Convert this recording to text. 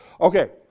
Okay